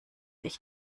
ich